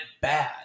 bad